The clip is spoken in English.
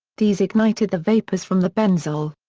these ignited the vapours from the benzol.